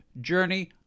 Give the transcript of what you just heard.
journey